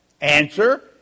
Answer